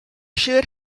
should